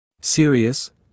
Serious